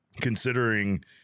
considering